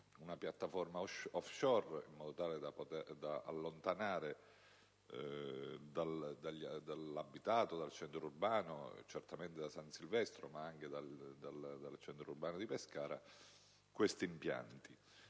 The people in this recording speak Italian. una piattaforma *offshore* in modo tale da allontanare dall'abitato - certamente da San Silvestro, ma anche dal centro urbano di Pescara - quegli impianti.